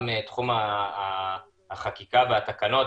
גם תחום החקיקה והתקנות,